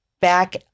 back